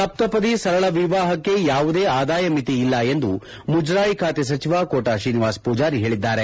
ಸಪ್ತಪದಿ ಸರಳ ವಿವಾಹಕ್ಕೆ ಯಾವುದೇ ಆದಾಯ ಮಿತಿ ಇಲ್ಲ ಎಂದು ಮುಜರಾಯಿ ಖಾತೆ ಸಚಿವ ಕೋಟಾ ತ್ರೀನಿವಾಸ್ ಪೂಜಾರಿ ಹೇಳಿದ್ದಾರೆ